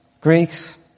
Greeks